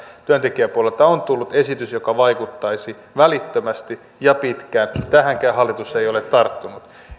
työntekijäpuolelta on tullut esitys joka vaikuttaisi välittömästi ja pitkään tähänkään hallitus ei ole tarttunut